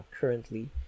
currently